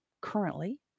currently